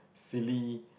silly